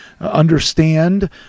understand